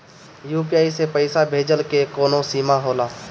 UPI से पईसा भेजल के कौनो सीमा होला?